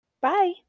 Bye